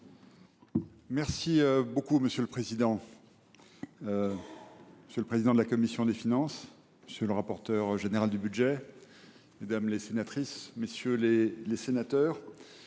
Mme la ministre. Monsieur le président, monsieur le président de la commission des finances, monsieur le rapporteur général, mesdames les sénatrices, messieurs les sénateurs,